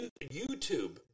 YouTube